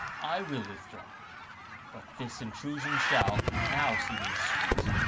i will withdraw but this intrusion shall, now seeming sweet,